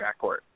backcourt